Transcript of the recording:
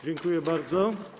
Dziękuję bardzo.